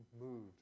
moved